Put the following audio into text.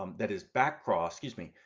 um that is back cross, excuse me,